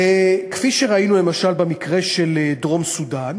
וכפי שראינו למשל במקרה של דרום-סודאן,